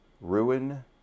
ruin